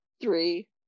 three